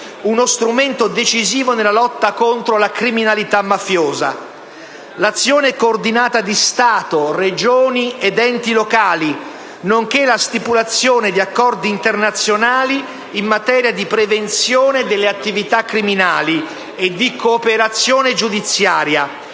uno strumento decisivo nella lotta contro la criminalità mafiosa; l'azione coordinata di Stato, Regioni ed enti locali, nonché la stipulazione di accordi internazionali in materia di prevenzione delle attività criminali e di cooperazione giudiziaria,